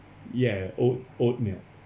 ya oat oat milk